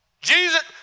Jesus